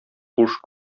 куш